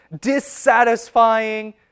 dissatisfying